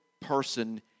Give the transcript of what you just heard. person